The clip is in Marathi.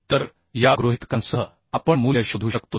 तर या गृहितकांसह आपण मूल्य शोधू शकतो